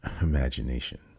imagination